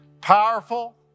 Powerful